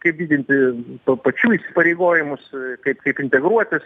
kaip didinti savo pačių įsipareigojimus kaip kaip integruotis